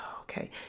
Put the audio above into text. okay